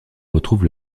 retrouve